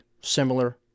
similar